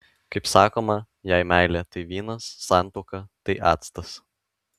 kaip sakoma jei meilė tai vynas santuoka tai actas